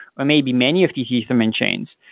or maybe many of the ether mint chains.